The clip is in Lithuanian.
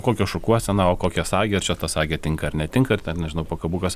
kokia šukuosena o kokia sagė ar čia ta sagė tinka ar netinka ir ten nežinau pakabukas